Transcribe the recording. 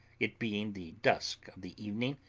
it being the dusk of the evening,